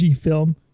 film